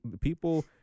people